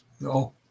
No